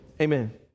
amen